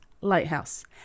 lighthouse